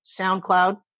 SoundCloud